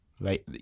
right